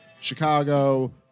Chicago